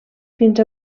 fins